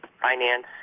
finance